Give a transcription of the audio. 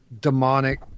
demonic